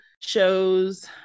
shows